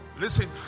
Listen